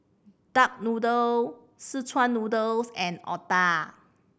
duck noodle szechuan noodles and otah